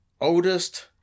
oldest